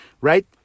right